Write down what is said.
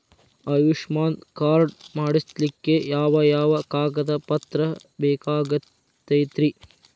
Ayushman card ಮಾಡ್ಸ್ಲಿಕ್ಕೆ ಯಾವ ಯಾವ ಕಾಗದ ಪತ್ರ ಬೇಕಾಗತೈತ್ರಿ?